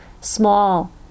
small